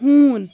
ہوٗن